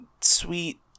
sweet